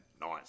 nice